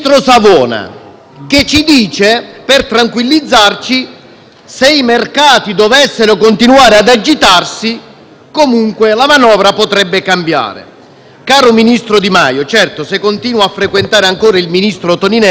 se i mercati dovessero continuare ad agitarsi, comunque la manovra potrebbe cambiare. Caro ministro Di Maio, certo, se continua a frequentare ancora il ministro Toninelli, difficilmente riuscirà a darsi una risposta.